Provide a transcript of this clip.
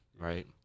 right